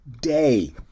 day